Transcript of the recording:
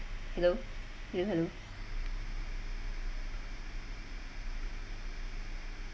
hello hello hello